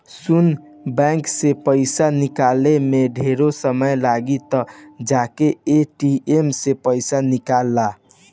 सुन बैंक से पइसा निकाले में ढेरे समय लागी त जाके ए.टी.एम से पइसा निकल ला